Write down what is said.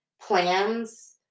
plans